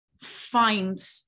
find